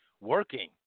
working